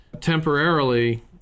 temporarily